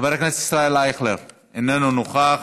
חבר הכנסת ישראל אייכלר, איננו נוכח,